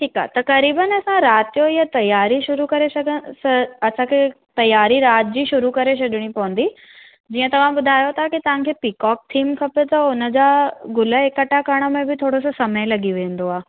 ठीकु आहे त क़रीबनि असां राति जो इहा तयारी शुरू करे छड स असांखे तयारी राति जी शुरू करे छॾिणी पवंदी जीअं तव्हां ॿुधायो था कि तव्हांखे पीकॉक थीम खपे त उनजा गुल इकट्ठा करण में बि थोरो सो समय लॻी वेंदो आहे